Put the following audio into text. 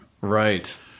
Right